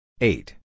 Eight